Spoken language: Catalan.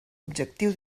objectiu